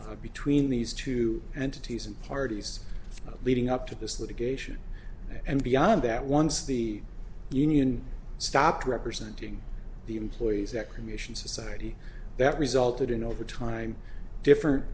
between these two entities and parties leading up to this litigation and beyond that once the union stopped representing the employees that commissions society that resulted in over time different